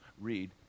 read